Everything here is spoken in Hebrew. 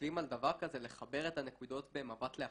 כשמסתכלים על דבר כזה לחבר את הנקודות במבט לאחור.